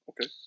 Okay